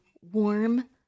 warm